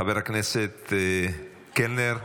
חבר הכנסת קלנר.